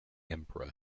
emperor